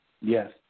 yes